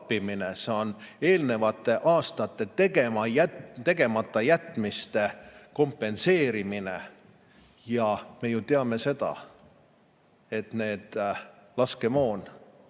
See on eelnevate aastate tegematajätmiste kompenseerimine. Ja me ju teame seda, et laskemoon